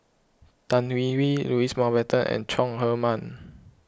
Tan Hwee Hwee Louis Mountbatten and Chong Heman